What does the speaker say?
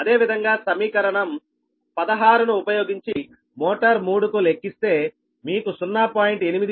అదేవిధంగా సమీకరణం 16 ను ఉపయోగించి మోటార్ 3 కు లెక్కిస్తే మీకు 0